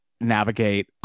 navigate